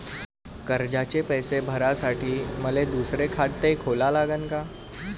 कर्जाचे पैसे भरासाठी मले दुसरे खाते खोला लागन का?